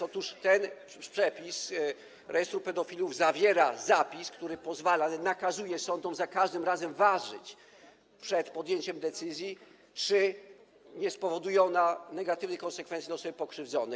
Otóż przepis dotyczący rejestru pedofilów zawiera zapis, który pozwala, nakazuje sądom za każdym razem ważyć przed podjęciem decyzji, czy nie spowoduje ona negatywnych konsekwencji dla osoby pokrzywdzonej.